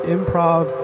Improv